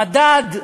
המדד,